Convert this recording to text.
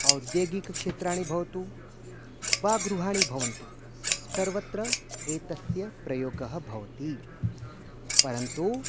औद्येगिकक्षेत्राणि भवन्तु वा गृहाणि भवन्तु सर्वत्र एतस्य प्रयोगः भवति परन्तु